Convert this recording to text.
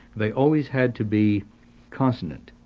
they always had to be constant.